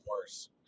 worse